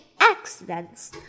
accidents